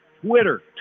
Twitter